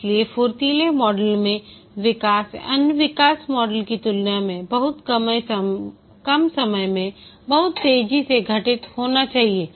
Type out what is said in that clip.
इसलिए फुर्तीले मॉडल में विकास अन्य विकास मॉडल की तुलना में बहुत कम समय में बहुत तेजी से घटित होना चाहिए